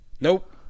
Nope